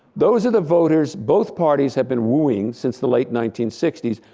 those are the voters both parties have been wooing since the late nineteen sixty s,